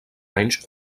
anys